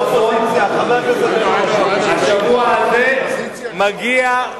האופוזיציה, השבוע זה מגיע,